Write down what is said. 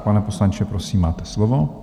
Pane poslanče, prosím, máte slovo.